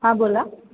हां बोला